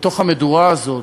המדורה הזאת,